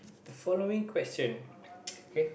the following question okay